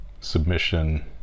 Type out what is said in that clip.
submission